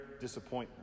disappointment